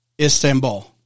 Istanbul